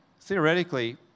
Theoretically